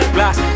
Glass